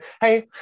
hey